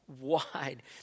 wide